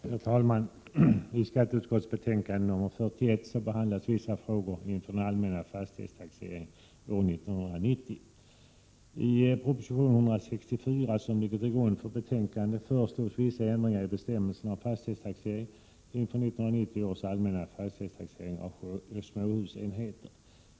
Herr talman! I skatteutskottets betänkande nr 41 behandlas vissa frågor inför den allmänna fastighetstaxeringen år 1990. I proposition nr 164, som ligger till grund för betänkandet, föreslås vissa ändringar i bestämmelserna om fastighetstaxering inför 1990 års allmänna fastighetstaxering av småhusenheter.